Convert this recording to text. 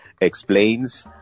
explains